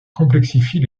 complexifie